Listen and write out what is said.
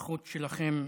האי-נוכחות שלכם,